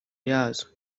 yazo